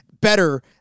better